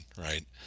right